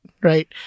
right